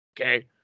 okay